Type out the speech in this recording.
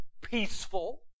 peaceful